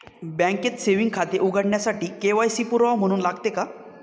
बँकेत सेविंग खाते उघडण्यासाठी के.वाय.सी पुरावा म्हणून लागते का?